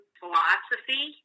philosophy